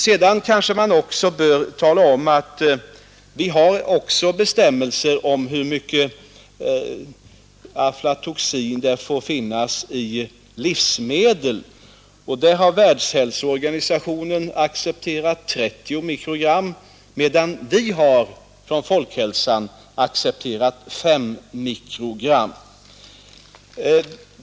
Sedan kanske man också bör tala om att vi även har bestämmelser om hur mycket aflatoxin det får finnas i livsmedel. Där har Världshälsoorganisationen accepterat 30 mikrogram, medan vi genom statens institut för folkhälsan accepterat 5 mikrogram.